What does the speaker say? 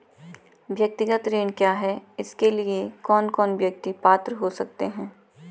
व्यक्तिगत ऋण क्या है इसके लिए कौन कौन व्यक्ति पात्र हो सकते हैं?